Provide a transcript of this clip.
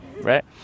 Right